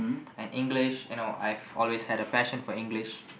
and English you know I've always had a passion for English